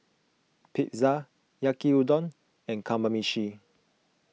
Pizza Yaki Udon and Kamameshi